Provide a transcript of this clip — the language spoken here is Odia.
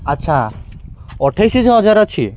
ଆଚ୍ଛା ଅଠେଇଶ ହଜାର ଅଛି